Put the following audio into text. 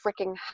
freaking